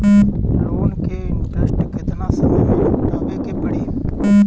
Loan के interest केतना समय में लौटावे के पड़ी?